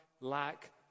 lack